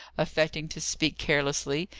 affecting to speak carelessly,